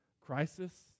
crisis